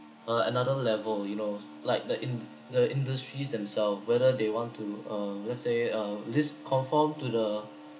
uh another level you know like the in the industries themselves whether they want to uh let's say uh this confirmed to the